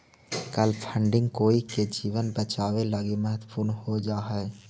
कल फंडिंग कोई के जीवन बचावे लगी महत्वपूर्ण हो जा हई